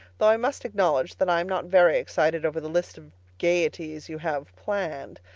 though i must acknowledge that i am not very excited over the list of gaieties you have planned.